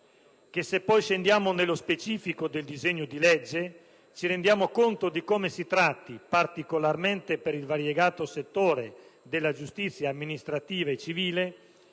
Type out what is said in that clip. Se poi scendiamo nello specifico del disegno di legge, ci rendiamo conto di come si tratti, particolarmente per il variegato settore della giustizia amministrativa e civile,